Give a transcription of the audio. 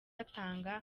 atanga